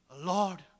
Lord